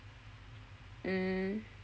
mm